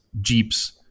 Jeeps